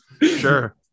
Sure